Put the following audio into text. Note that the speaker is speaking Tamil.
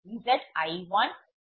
ZiiIiIkZij